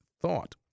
thought